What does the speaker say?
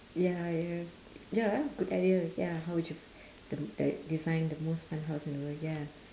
ya ya ya good ideas ya how would you d~ d~ design the most fun house in the world ya